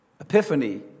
epiphany